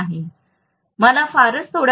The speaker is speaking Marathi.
मला फारच थोड्या प्रमाणात एमएमएफ लागेल